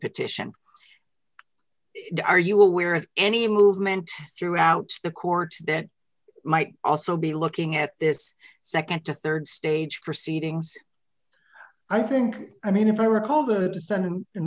petition are you aware of any movement throughout the court that might also be looking at this nd to rd stage proceedings i think i mean if i recall the descendant